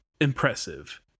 impressive